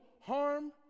harm